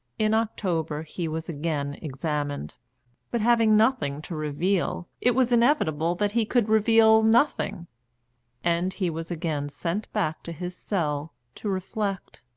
in october he was again examined but, having nothing to reveal, it was inevitable that he could reveal nothing and he was again sent back to his cell to reflect.